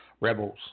rebels